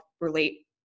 relate